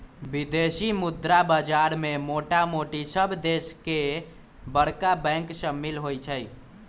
विदेशी मुद्रा बाजार में मोटामोटी सभ देश के बरका बैंक सम्मिल होइ छइ